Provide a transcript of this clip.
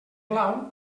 blau